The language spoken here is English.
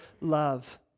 love